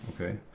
Okay